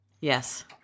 Yes